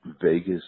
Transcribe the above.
Vegas